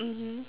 mmhmm